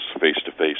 face-to-face